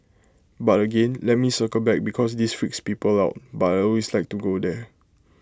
but again let me circle back because this freaks people out but I always like to go there